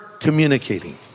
communicating